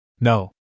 No